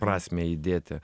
prasmę įdėti